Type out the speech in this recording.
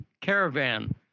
caravan